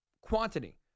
quantity